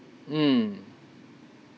mm